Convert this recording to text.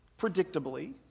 predictably